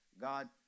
God